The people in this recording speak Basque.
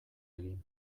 egin